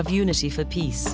of unity for peace